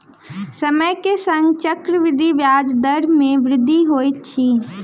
समय के संग चक्रवृद्धि ब्याज दर मे वृद्धि होइत अछि